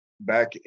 back